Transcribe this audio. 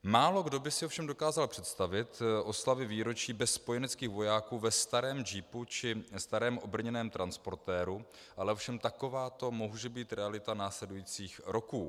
Málokdo by si ovšem dokázal představit oslavy výročí bez spojeneckých vojáků ve starém džípu či starém obrněném transportéru, ale ovšem takováto může být realita následujících roků.